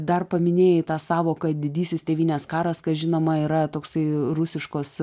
dar paminėjai tą sąvoką didysis tėvynes karas kas žinoma yra toksai rusiškos